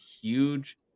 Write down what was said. huge